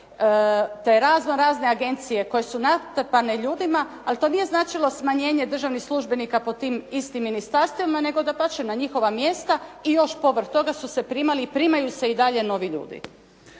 te raznorazne agencije koje su natrpane ljudima, al to nije značilo smanjenje državnih službenika po tim istim ministarstvima, nego dapače na njihova mjesta i još povrh toga su se primali i primaju se i dalje novi ljudi.